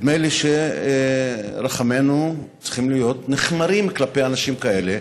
נדמה לי שרחמינו צריכים להיות נכמרים על אנשים כאלה,